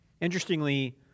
Interestingly